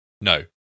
No